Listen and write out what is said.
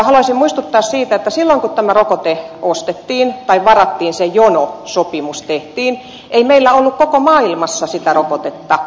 haluaisin muistuttaa siitä että silloin kun tämä rokote ostettiin tai varattiin se jonosopimus tehtiin ei meillä ollut koko maailmassa sitä rokotetta